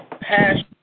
passion